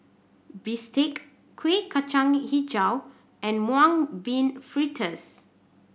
bistake Kuih Kacang Hijau and Mung Bean Fritters